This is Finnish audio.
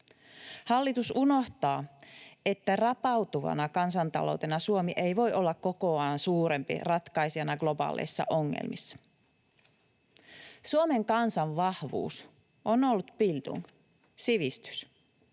Hallitus unohtaa, että rapautuvana kansantaloutena Suomi ei voi olla kokoaan suurempi ratkaisijana globaaleissa ongelmissa. Suomen kansan vahvuus on ollut bildung, sivistys.